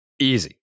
Easy